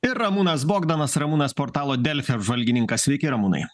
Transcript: ir ramūnas bogdanas ramūnas portalo delfi apžvalgininkas sveiki ramūnai